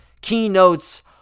keynotes